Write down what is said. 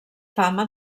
fama